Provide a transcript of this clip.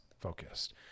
focused